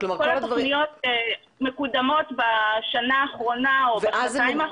כל התכניות מקודמות בשנה האחרונה או בשנתיים האחרונות